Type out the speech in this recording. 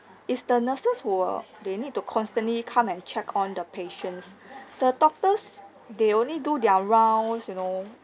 is the nurses who will they need to constantly come and check on the patients the doctors they only do their rounds you know